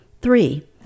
Three